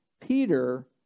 Peter